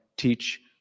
Teach